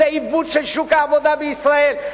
זה עיוות של שוק העבודה בישראל?